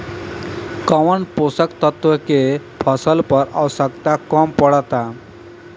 कौन पोषक तत्व के फसल पर आवशयक्ता कम पड़ता?